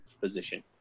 position